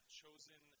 chosen